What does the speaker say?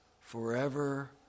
forever